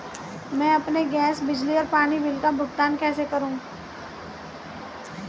मैं अपने गैस, बिजली और पानी बिल का भुगतान कैसे करूँ?